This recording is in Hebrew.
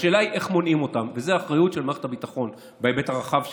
השאלה איך מונעים אותם וזאת האחריות של מערכת הביטחון בהיבט הרחב שלה,